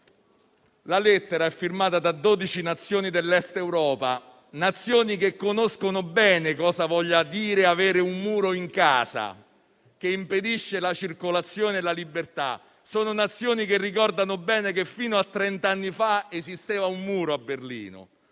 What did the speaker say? La lettera è firmata da 12 Nazioni dell'Est Europa, che conoscono bene cosa voglia dire avere un muro in casa, che impedisce la circolazione e la libertà. Sono Nazioni che ricordano bene che, fino a trenta anni fa, esisteva un muro a Berlino,